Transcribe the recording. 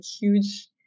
huge